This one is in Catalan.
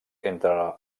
entre